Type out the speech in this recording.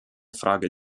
frage